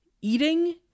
eating